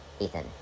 Ethan